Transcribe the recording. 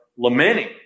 Lamenting